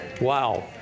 Wow